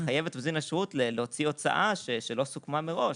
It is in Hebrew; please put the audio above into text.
לחייב את מזמין השירות להוציא הוצאה שלא סוכמה מראש.